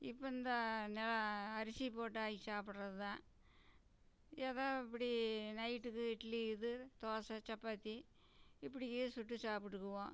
இப்போ இந்த நில அரிசி போட்டு ஆக்கி சாப்பிட்றதுதான் எதோ இப்படி நைட்டுக்கு இட்லி இது தோசை சப்பாத்தி இப்படியே சுட்டு சாப்பிட்டுக்குவோம்